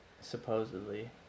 Supposedly